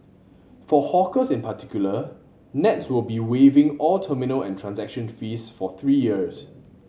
for hawkers in particular nets will be waiving all terminal and transaction fees for three years